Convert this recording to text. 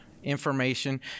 information